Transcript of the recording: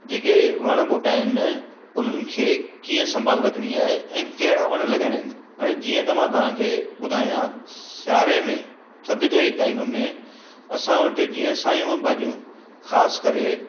जेके वण ॿूटा आहिनि उन्हनि खे कीअं संभाल रखणी आहे ऐं कहिड़ा वण लॻाइणा आहिनि हाणे जीअं त मां तव्हांखे ॿुधायां सिआरे में थधि जे टाइम में असां वटि जीअं सायूं भाॼियूं ख़ासि करे